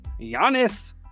Giannis